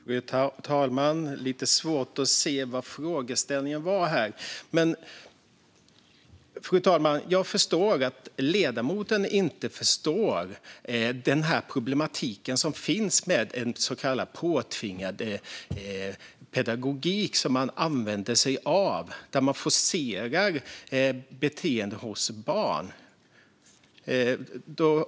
Fru talman! Det var lite svårt att se vad frågeställningen var här. Jag förstår att ledamoten inte förstår den problematik som finns med den påtvingade pedagogik man använder sig av, där man forcerar fram beteenden hos barn.